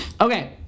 Okay